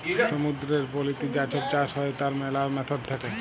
সমুদ্দুরের পলিতে যা ছব চাষ হ্যয় তার ম্যালা ম্যাথড থ্যাকে